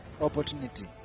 opportunity